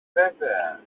βέβαια